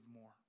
more